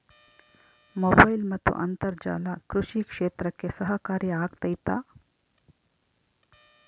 Mobile ಮತ್ತು ಅಂತರ್ಜಾಲ ಕೃಷಿ ಕ್ಷೇತ್ರಕ್ಕೆ ಸಹಕಾರಿ ಆಗ್ತೈತಾ?